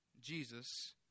Jesus